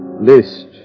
List